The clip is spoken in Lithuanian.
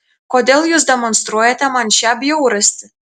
kodėl jūs demonstruojate man šią bjaurastį